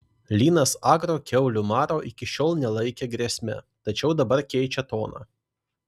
linas agro kiaulių maro iki šiol nelaikė grėsme tačiau dabar keičia toną